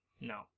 no